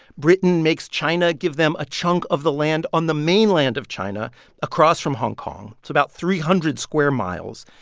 britain makes china give them a chunk of the land on the mainland of china across from hong kong. it's about three hundred square miles.